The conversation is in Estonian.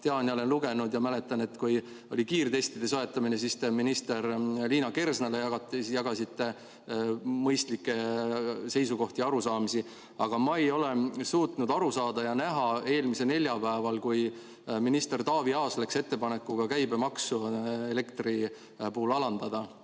tean ja olen lugenud ja mäletan, et kui oli kiirtestide soetamine, siis te minister Liina Kersnale jagasite mõistlikke seisukohti ja arusaamisi. Aga ma ei ole suutnud aru saada – eelmisel neljapäeval, kui minister Taavi Aas läks ettepanekuga alandada elektri puhul